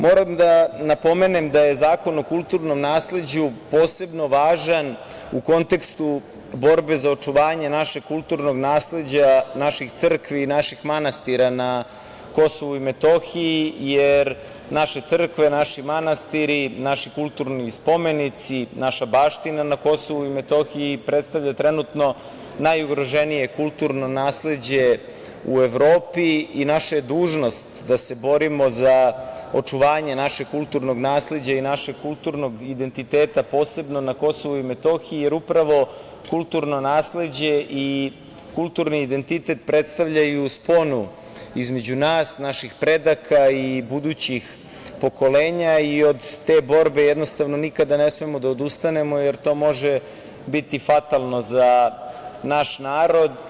Moram da napomenem da je Zakon o kulturnom nasleđu posebno važan u kontekstu borbe za očuvanje našeg kulturnog nasleđa, naših crkava i naših manastira na Kosovu i Metohiji, jer naše crkve, naši manastiri, naši kulturni spomenici, naša baština na Kosovu i Metohiji predstavlja trenutno najugroženije kulturno nasleđe u Evropi i naša je dužnost da se borimo za očuvanje našeg kulturnog nasleđa i našeg kulturnog identiteta posebno na Kosovu i Metohiji, jer upravo kulturno nasleđe i kulturni identitet predstavljaju sponu između nas, naših predaka i budućih pokolenja i od te borbe jednostavno nikada ne smemo da odustanemo, jer to može biti fatalno za naš narod.